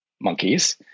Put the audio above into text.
monkeys